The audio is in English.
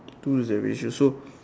two is the ratio so